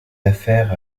affaires